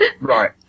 Right